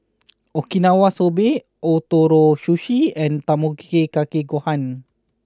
Okinawa Soba Ootoro Sushi and Tamago Kake Gohan